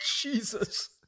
Jesus